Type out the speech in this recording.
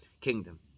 kingdom